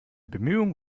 bemühungen